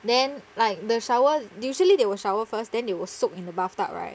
then like the shower usually they will shower first then they will soak in the bathtub right